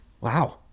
Wow